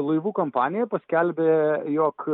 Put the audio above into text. laivų kompanija paskelbė jog